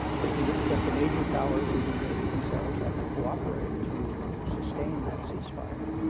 that the that the major powers who have engaged themselves have to cooperate to sustain that ceasefire,